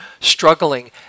struggling